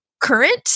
current